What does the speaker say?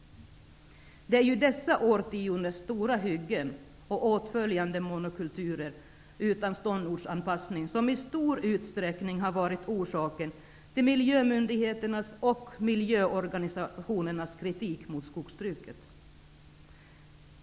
Det är ju dessa årtiondens stora hyggen och åtföljande monokulturer utan ståndortsanpassning som i stor utsträckning har varit orsaken till miljömyndigheternas och miljöorganisationernas kritik mot skogsbruket.